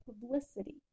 publicity